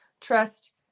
trust